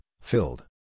filled